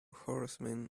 horsemen